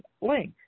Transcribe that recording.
link